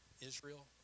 Israel